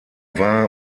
war